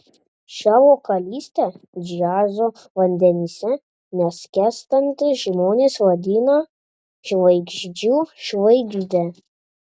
šią vokalistę džiazo vandenyse neskęstantys žmonės vadina žvaigždžių žvaigžde